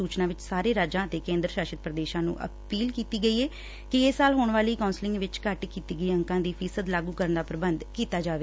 ਸੁਚਨਾ ਵਿਚ ਸਾਰੇ ਰਾਜਾਂ ਅਤੇ ਕੇਂਦਰੀ ਸ਼ਾਸਤ ਪੁਦੇਸ਼ਾਂ ਨੂੰ ਅਪੀਲ ਕੀਤੀ ਗਈ ਏ ਕਿ ਇਸ ਸਾਲ ਹੋਣ ਵਾਲੀ ਕੌਂਸਲਿੰਗ ਵਿਚ ਘੱਟ ਕੀਤੀ ਗਈ ਅੰਕਾਂ ਦੀ ਫ਼ੀਸਦੀ ਲਾਗੁ ਕਰਨ ਦਾ ਪੁਬੰਧ ਕੀਤਾ ਜਾਵੇ